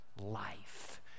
life